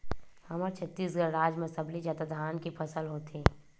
हमर छत्तीसगढ़ राज म सबले जादा धान के फसल होथे